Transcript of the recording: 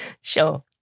sure